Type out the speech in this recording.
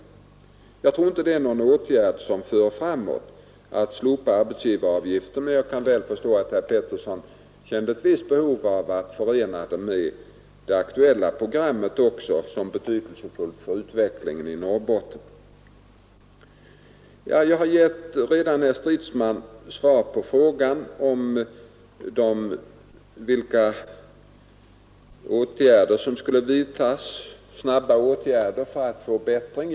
Jag tror alltså inte det är någon åtgärd som för framåt att slopa arbetsgivaravgiften, men jag kan väl förstå att herr Petersson kände ett visst behov av att förena det förslaget med det aktuella programmet såsom betydelsefullt för utvecklingen i Norrbotten. Jag har redan givit herr Stridsman svar på frågan om vilka åtgärder som snabbt skulle vidtas för att få till stånd en förbättring.